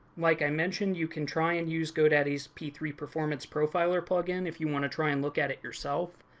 like i mentioned, you can try and use godaddy's p three performance profiler plugin, if you want to try and look at it yourself.